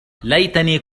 ليتني